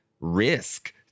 risk